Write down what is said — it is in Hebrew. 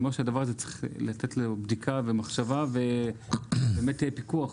אני אומר שהדבר הזה צריך להיות בבדיקה ומחשבה ושבאמת יהיה פיקוח.